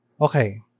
Okay